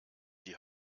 die